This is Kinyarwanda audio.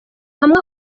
hamwe